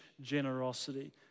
generosity